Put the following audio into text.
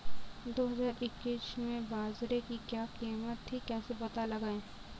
दो हज़ार इक्कीस में बाजरे की क्या कीमत थी कैसे पता लगाएँ?